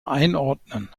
einordnen